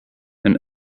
and